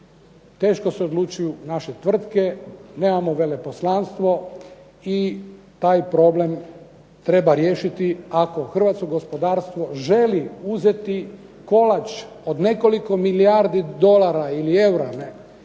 teško se odlučuju naše tvrtke, nemamo veleposlanstvo i taj problem treba riješiti ako hrvatsko gospodarstvo želi uzeti kolač od nekoliko milijardi dolara ili eura